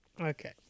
Okay